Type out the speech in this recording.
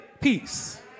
peace